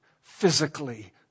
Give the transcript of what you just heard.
physically